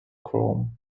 chrome